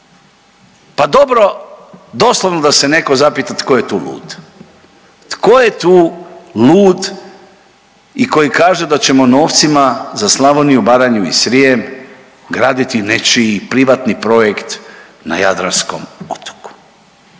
Pa dobro, doslovno da se netko zapita tko je tu lud? Tko je tu lud i koji kaže da ćemo novcima za Slavoniju, Baranju i Srijem graditi nečiji privatni projekt na jadranskom otoku?